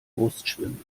brustschwimmen